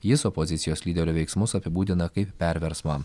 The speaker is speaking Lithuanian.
jis opozicijos lyderio veiksmus apibūdina kaip perversmą